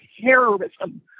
terrorism